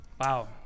Wow